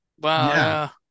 Wow